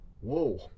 Whoa